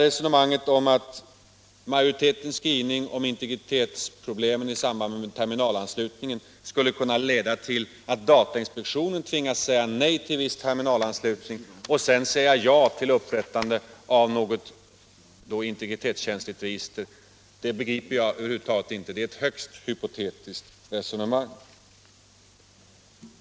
Resonemanget om att majoritetsskrivningen om integritetsproblem i samband med terminalanslutning skulle kunna leda till att datainspektionen tvingas säga nej till viss terminalanslutning och sedan säga ja till upprättande av något integritetskänsligt register begriper jag inte. Det är ett högst hypotetiskt resonemang.